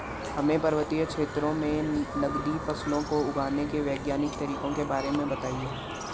हमें पर्वतीय क्षेत्रों में नगदी फसलों को उगाने के वैज्ञानिक तरीकों के बारे में बताइये?